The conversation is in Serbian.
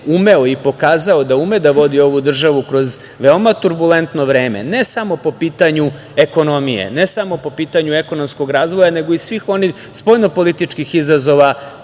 umeo i pokazao da ume da vodi ovu državu kroz veoma turbulentno vreme ne samo po pitanju ekonomije, ne samo po pitanju ekonomskog razvoja, nego i svih onih spoljnopolitičkih izazova